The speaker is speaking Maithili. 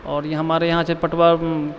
आओर ई हमारे यहाँ छै पटवा